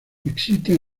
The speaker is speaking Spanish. existen